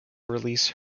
release